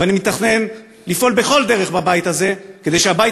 ואני מתכנן לפעול בכל דרך בבית הזה כדי שהבית